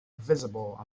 visible